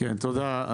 תודה.